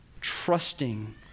Trusting